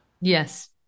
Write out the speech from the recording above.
Yes